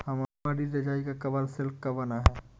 हमारी रजाई का कवर सिल्क का बना है